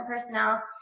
personnel